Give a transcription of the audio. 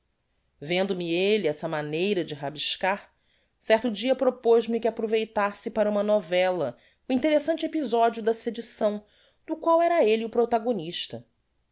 d'alma vendo-me elle essa mania de rabiscar certo dia propoz me que aproveitasse para uma novella o interessante episodio da sedição do qual era elle o protogonista